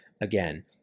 again